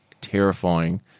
terrifying